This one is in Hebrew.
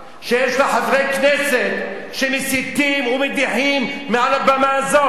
שיש לה חברי כנסת שמסיתים ומדיחים מעל הבמה הזאת,